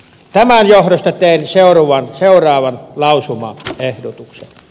tämän johdosta teen seuraavan lausumaehdotuksen